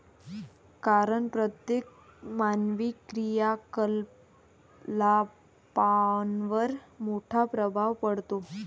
कारण प्रत्येक मानवी क्रियाकलापांवर मोठा प्रभाव पडतो